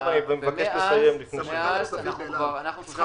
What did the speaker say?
מאז אנחנו במשא